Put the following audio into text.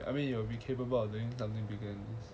I mean you will be capable of doing something bigger